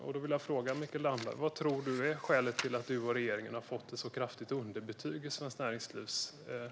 Jag vill fråga Mikael Damberg: Vad tror du är skälet till att du och regeringen har fått ett så kraftigt underbetyg i Svenskt Näringslivs undersökning?